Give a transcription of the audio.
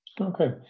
Okay